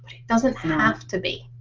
doesn't have to be.